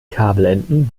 kabelenden